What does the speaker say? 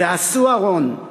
ועשו ארון,